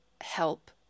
help